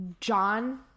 John